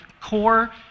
core